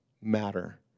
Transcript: matter